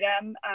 item